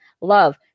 love